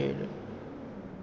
ഏഴ്